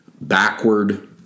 backward